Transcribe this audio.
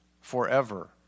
forever